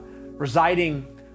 residing